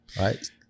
Right